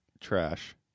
Trash